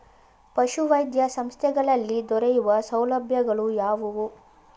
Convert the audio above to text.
ಪಶುವೈದ್ಯ ಸಂಸ್ಥೆಗಳಲ್ಲಿ ದೊರೆಯುವ ಸೌಲಭ್ಯಗಳು ಯಾವುವು?